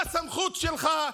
בסמכות שלך,